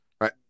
Right